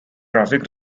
traffic